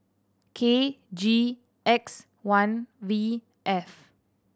K G X one V F